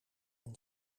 een